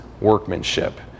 workmanship